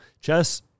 Chess